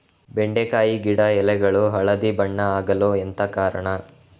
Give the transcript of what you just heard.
ಬೆಂಡೆಕಾಯಿ ಗಿಡ ಎಲೆಗಳು ಹಳದಿ ಬಣ್ಣದ ಆಗಲು ಎಂತ ಕಾರಣ?